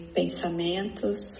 pensamentos